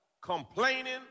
complaining